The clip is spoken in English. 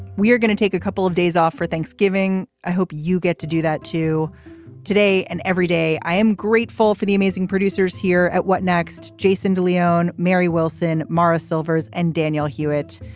we're gonna take a couple of days off for thanksgiving. i hope you get to do that, too today and everyday, i am grateful for the amazing producers here at what next? jason de leon, mary wilson, maurice silvers and danielle hewitt.